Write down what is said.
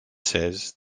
says